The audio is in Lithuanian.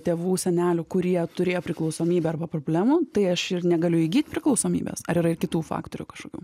tėvų senelių kurie turėjo priklausomybę arba problemų tai aš ir negaliu įgyt priklausomybės ar yra ir kitų faktorių kažokių